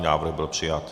Návrh byl přijat.